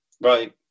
right